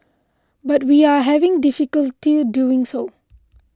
but we are having difficulty doing so